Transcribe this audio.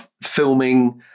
filming